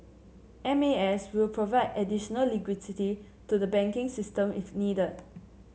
M A S will provide additional liquidity to the banking system if needed